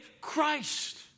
Christ